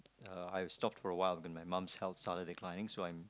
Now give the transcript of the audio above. uh I've stop for awhile when my mum's health started declining so I'm